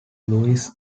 louise